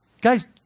guys